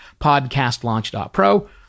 podcastlaunch.pro